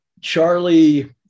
Charlie